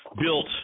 built